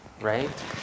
right